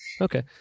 Okay